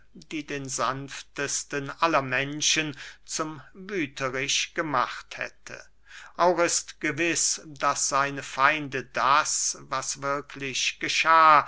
die den sanftesten aller menschen zum wütherich gemacht hätte auch ist gewiß daß seine feinde das was wirklich geschah